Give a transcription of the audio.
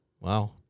Wow